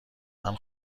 منم